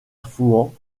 fouan